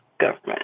government